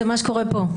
זה מה שקורה פה.